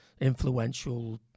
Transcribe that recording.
influential